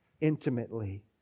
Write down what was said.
intimately